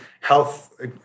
health